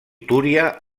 túria